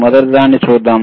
మొదటిదాన్ని చూద్దాం